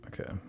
Okay